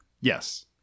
Yes